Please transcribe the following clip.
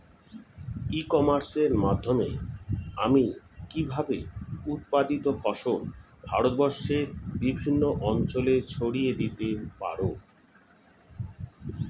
ই কমার্সের মাধ্যমে আমি কিভাবে উৎপাদিত ফসল ভারতবর্ষে বিভিন্ন অঞ্চলে ছড়িয়ে দিতে পারো?